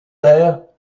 aires